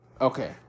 Okay